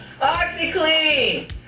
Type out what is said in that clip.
OxyClean